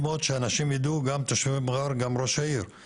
מכבד גם חוקים רעים מאוד ואני